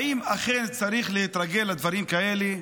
האם אכן צריך להתרגל לדברים כאלה?